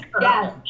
Yes